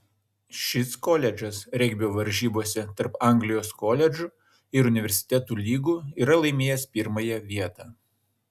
šis koledžas regbio varžybose tarp anglijos koledžų ir universitetų lygų yra laimėjęs pirmąją vietą